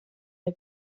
der